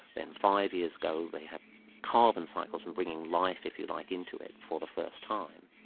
then five years ago they had carbon cycles and bringing life, if you like, into it for the first time.